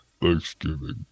Thanksgiving